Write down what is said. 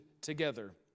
together